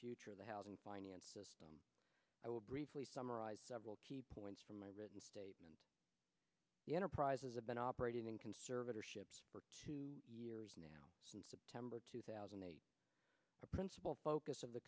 future of the housing finance system i will briefly summarize several key points from my written statement the enterprises have been operating in conservatorship for two years now since september two thousand a principal focus of the